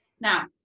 now